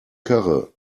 karre